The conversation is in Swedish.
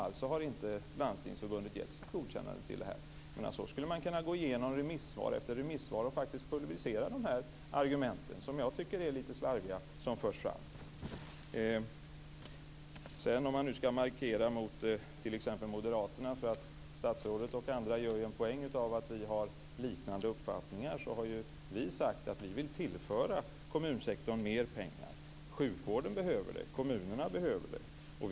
Landstingsförbundet har alltså inte gett sitt godkännande till detta. Så skulle man kunna gå igenom remissvar efter remissvar och pulvrisera de här argumenten som förs fram. Jag tycker att de är lite slarviga. Om jag nu skall markera mot t.ex. moderaterna, eftersom statsrådet och andra gör en poäng av att vi har liknande uppfattningar, har vi sagt att vi vill tillföra kommunsektorn mer pengar. Sjukvården behöver det, kommunerna behöver det.